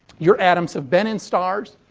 your atoms have been in stars,